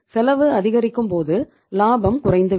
செலவு அதிகரிக்கும் போது லாபம் குறைந்துவிடும்